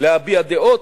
להביע דעות,